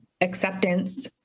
acceptance